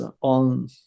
on